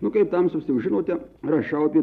nu kaip tamstos jau žinote rašau apie